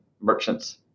merchants